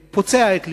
פוצע את לבי.